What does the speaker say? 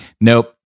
nope